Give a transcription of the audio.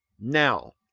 now,